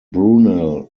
brunel